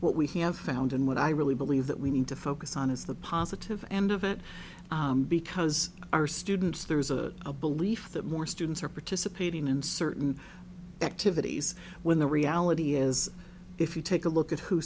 what we have found and what i really believe that we need to focus on is the positive end of it because our students there is a belief that more students are participating in certain activities when the reality is if you take a look at who